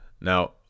now